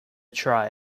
try